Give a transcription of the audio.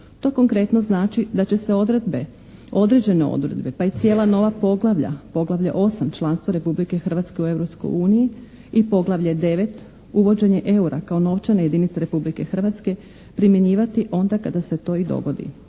To konkretno znači da će se odredbe, određene odredbe pa i cijela nova poglavlja, poglavlje 8. članstvo Republike Hrvatske u Europskoj uniji i poglavlje 9. uvođenje EUR-a kao novčane jedinice Republike Hrvatske primjenjivati onda kada se to i dogodi.